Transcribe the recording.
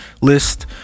list